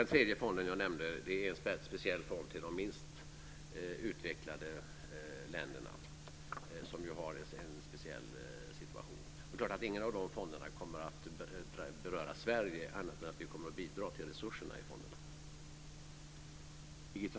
Den tredje fonden jag nämnde är en speciell fond till de minst utvecklade länderna som ju har en speciell situation. Ingen av de här fonderna kommer att beröra Sverige på annat sätt än att vi kommer att bidra till resurserna i fonderna.